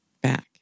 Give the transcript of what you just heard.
back